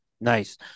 Nice